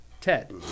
Ted